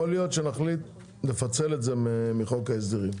יכול להיות שנחליט לפצל את זה מחוק ההסדרים.